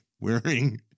wearing